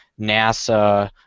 NASA